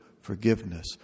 forgiveness